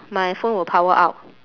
my phone will power out